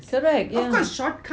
correct yes